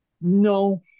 No